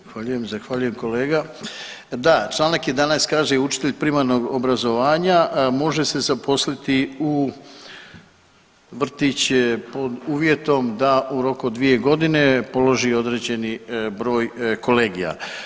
Zahvaljujem kolega, da Članak 11. kaže i učitelj primarnog obrazovanja može se zaposliti u vrtiće pod uvjetom da u roku od 2 godine položi određeni broj kolegija.